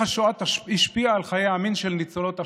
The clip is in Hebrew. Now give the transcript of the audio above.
השואה השפיעה על חיי המין של ניצולות השואה.